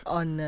on